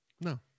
No